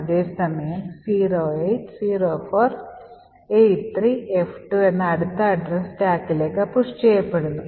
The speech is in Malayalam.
അതേ സമയം തന്നെ 080483f2 എന്ന അടുത്ത അഡ്രസ് സ്റ്റാക്കിലേക്ക് പുഷ്ചെയ്യപ്പെടുന്നു